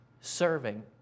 serving